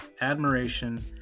Admiration